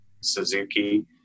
Suzuki